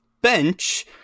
bench